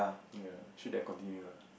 ya should have continue lah